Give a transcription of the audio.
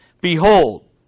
Behold